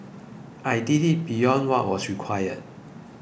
I did it beyond what was required